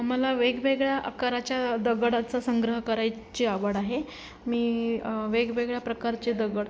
मला वेगवेगळ्या आकाराच्या दगडांचा संग्रह करायची आवड आहे मी वेगवेगळ्या प्रकारचे दगड